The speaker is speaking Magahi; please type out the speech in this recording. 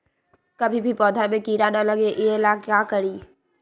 कभी भी पौधा में कीरा न लगे ये ला का करी?